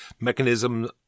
mechanism